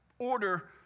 order